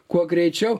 kuo greičiau